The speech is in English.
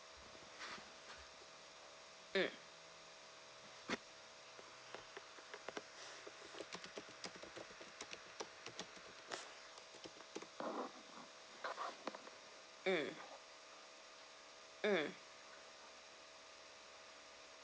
mm mm mm